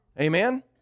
Amen